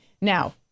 now